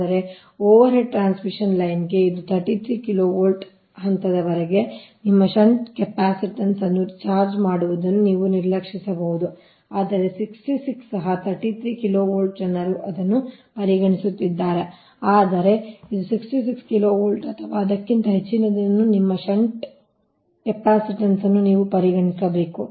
ಆದರೆ overhead transmission ಲೈನ್ಗೆ ಇದು 33 KV ಹಂತದವರೆಗೆ ನಿಮ್ಮ ಷಂಟ್ ಕೆಪಾಸಿಟನ್ಸ್ ಅನ್ನು ಚಾರ್ಜ್ ಮಾಡುವುದನ್ನು ನೀವು ನಿರ್ಲಕ್ಷಿಸಬಹುದು ಆದರೆ 66 ಸಹ 33 KV ಜನರು ಇದನ್ನು ಪರಿಗಣಿಸುತ್ತಿದ್ದಾರೆ ಆದರೆ ಇದು 66 KV ಅಥವಾ ಅದಕ್ಕಿಂತ ಹೆಚ್ಚಿನದಾಗಿದ್ದರೆ ನಿಮ್ಮ ಷಂಟ್ ಕೆಪಾಸಿಟನ್ಸ್ ಅನ್ನು ನೀವು ಪರಿಗಣಿಸಬೇಕು